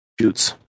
shoots